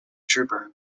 trooper